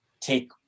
take